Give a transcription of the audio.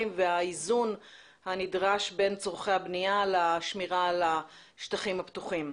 והאיזון הנדרש בין צורכי הבנייה לשמירה על השטחים הפתוחים.